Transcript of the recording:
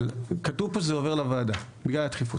אבל כתוב פה שזה עובר לוועדה בגלל הדחיפות.